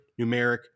numeric